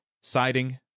siding